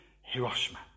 Hiroshima